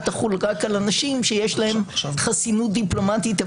תחול רק על אנשים שיש להם חסינות דיפלומטית,